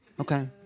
okay